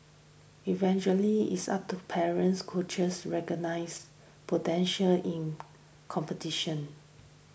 eventually it's up to parents coaches recognise potential in competition